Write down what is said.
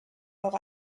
leur